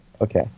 Okay